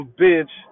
bitch